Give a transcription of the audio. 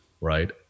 right